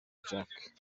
jacques